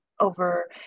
over